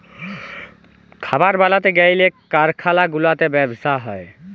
খাবার বালাতে গ্যালে কারখালা গুলাতে ব্যবসা হ্যয়